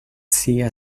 sea